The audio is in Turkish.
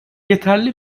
yeterli